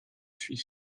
suis